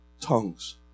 tongues